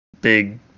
big